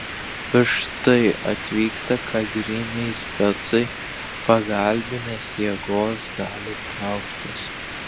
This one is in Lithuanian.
bet štai atvyksta kadriniai specai pagalbinės jėgos gali trauktis